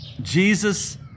Jesus